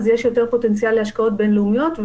יש יותר פוטנציאל להשקעות בין-לאומיות.